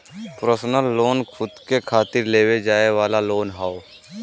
personal loan खुद के खातिर लेवे जाये वाला लोन हौ